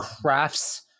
crafts